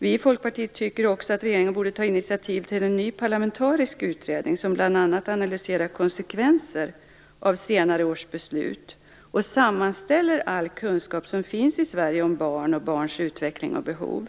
Vi i Folkpartiet tycker också att regeringen borde ta initiativ till en ny parlamentarisk utredning, som bl.a. analyserar konsekvenserna av senare års beslut och sammanställer all kunskap som finns i Sverige om barn, barns utveckling och behov.